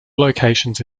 locations